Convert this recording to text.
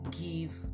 give